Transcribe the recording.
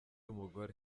mugore